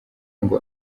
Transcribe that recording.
ngo